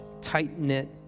tight-knit